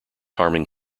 harming